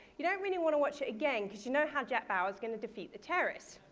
you don't really want to watch it again, because you know how jack bauer is going to defeat the terrorists.